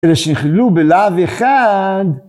אלה שנכללו בלאו אחד.